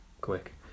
quick